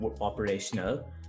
operational